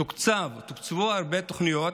תוקצבו הרבה תוכניות